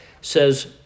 says